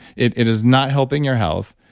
it it is not helping your health.